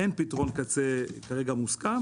אין פתרון קצה מוסכם כרגע.